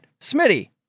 Smitty